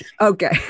Okay